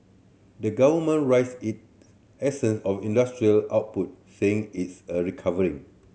the government raised it of industrial output saying its a recovery